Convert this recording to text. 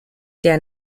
der